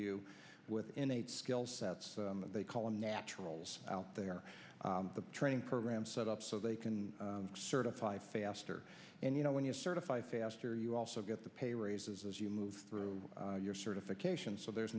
you with innate skill sets that they call in naturals out there the training program set up so they can certified faster and you know when you're certified faster you also get the pay raises as you move through your certification so there's